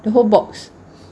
the whole box